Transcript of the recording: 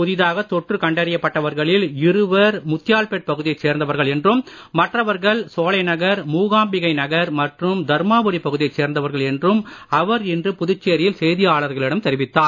புதிதாக தொற்று கண்டறியப்பட்டவர்களில் இருவர் முத்தியால்பேட் பகுதியைச் சேர்ந்தவர்கள் என்றும் மற்றவர்கள் சோலைநகர் மூகாம்பிகை நகர் மற்றும் தர்மாபுரி பகுதியைச் சேர்ந்தவர்கள் என்றும் அவர் இன்று புதுச்சேரியில் செய்தியாளர்களிடம் தெரிவித்தார்